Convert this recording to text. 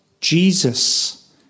Jesus